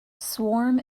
swarm